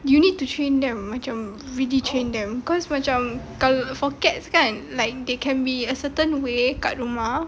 you need to train them macam really train them because macam kalau for cats kan like they can be a certain way kat rumah